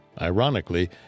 Ironically